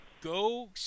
Go